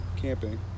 Camping